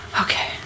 okay